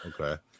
okay